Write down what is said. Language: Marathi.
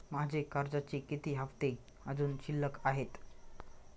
माझे कर्जाचे किती हफ्ते अजुन शिल्लक आहेत?